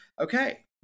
Okay